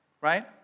Right